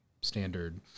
standard